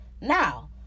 now